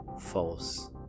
false